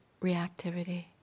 reactivity